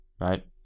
right